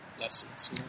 lessons